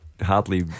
hardly